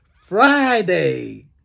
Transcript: Friday